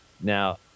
Now